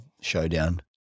showdown